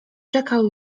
czekał